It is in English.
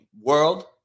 world